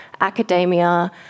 academia